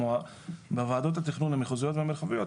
בוועדות התכנון המחוזיות והמרחביות,